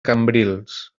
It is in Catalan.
cambrils